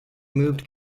moved